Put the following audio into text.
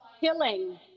killing